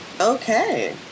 Okay